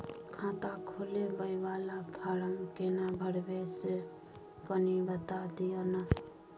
खाता खोलैबय वाला फारम केना भरबै से कनी बात दिय न?